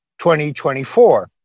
2024